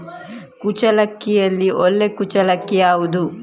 ಕುಚ್ಚಲಕ್ಕಿಯಲ್ಲಿ ಒಳ್ಳೆ ಕುಚ್ಚಲಕ್ಕಿ ಯಾವುದು?